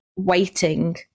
waiting